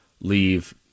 leave